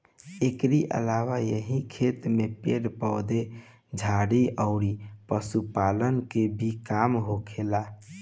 एकरी अलावा एही खेत में पेड़ पौधा, झाड़ी अउरी पशुपालन के भी काम होखेला